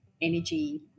energy